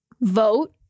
vote